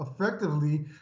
effectively